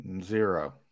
Zero